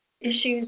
issues